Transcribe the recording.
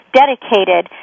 dedicated